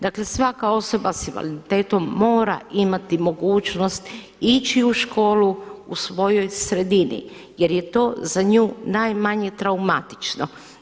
Dakle, svaka osoba s invaliditetom mora imati mogućnost ići u školu u svojoj sredini jer je to za nju najmanje traumatično.